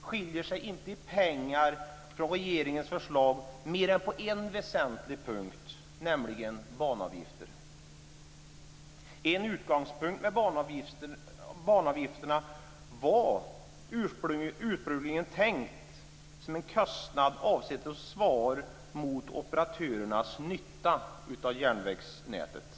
skiljer sig inte i pengar från regeringens förslag mer än på en väsentlig punkt, nämligen banavgifterna. En utgångspunkt för banavgifterna var att de ursprungligen var tänkta som en kostnad avsedd att svara mot operatörernas nytta av järnvägsnätet.